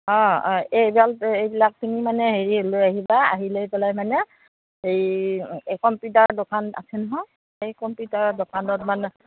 অঁ এইবিলাকখিনি মানে হেৰি লৈ আহিবা আহি লৈ পেলাই মানে এই কম্পিউটাৰ দোকান আছে নহয় সেই কম্পিউটাৰ দোকানত মানে